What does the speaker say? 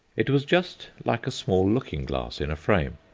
it was just like a small looking-glass in a frame,